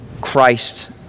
Christ